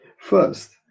First